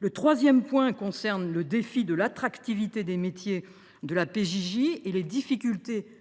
Le troisième point concerne le défi de l’attractivité des métiers de la PJJ et les difficultés